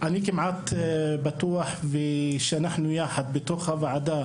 אני כמעט בטוח שאנחנו יחד בתוך הוועדה,